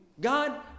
God